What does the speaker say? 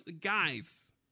guys